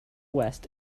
west